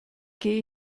gehe